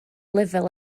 lefel